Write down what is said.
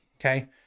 okay